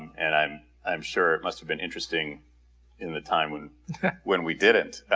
and i'm i'm sure it must've been interesting in the time when when we did it.